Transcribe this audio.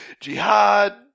Jihad